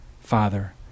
Father